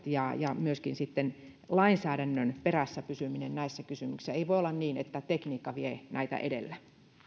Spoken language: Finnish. ja ja myöskin lainsäädännön perässä pysyminen näissä kysymyksissä ei voi olla niin että tekniikka vie näitä edellä